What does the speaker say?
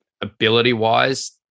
ability-wise